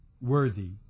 worthy